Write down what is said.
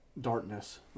darkness